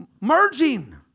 merging